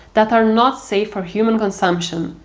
that are not safe for human consumption,